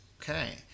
Okay